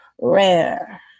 rare